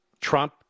Trump